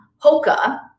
Hoka